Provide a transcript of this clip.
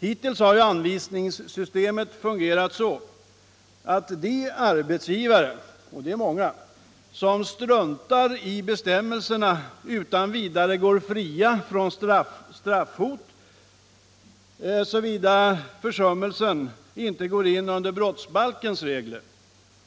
Hittills har anvisningssystemet fungerat så, att de arbetsgivare — och de är många — Som struntar i bestämmelserna utan vidare går fria från straffhot, såvida försummelsen inte går in under brottsbalkens regler.